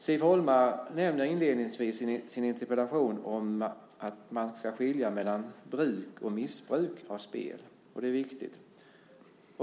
Siv Holma nämner inledningsvis i sin interpellation att man ska skilja mellan bruk och missbruk av spel. Det är viktigt.